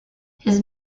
his